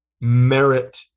merit